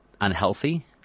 unhealthy